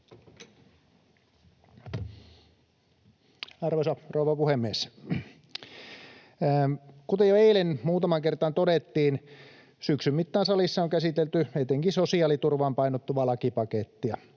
Arvoisa rouva puhemies! Kuten jo eilen muutamaan kertaan todettiin, syksyn mittaan salissa on käsitelty etenkin sosiaaliturvaan painottuvaa lakipakettia.